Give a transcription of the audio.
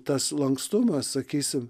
tas lankstumas sakysim